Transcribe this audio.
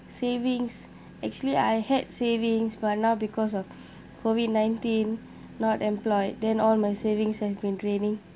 savings actually I had savings but now because of COVID nineteen not employed then all my savings have been draining